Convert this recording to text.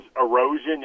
erosion